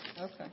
Okay